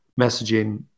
messaging